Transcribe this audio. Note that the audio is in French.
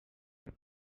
dès